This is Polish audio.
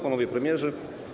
Panowie Premierzy!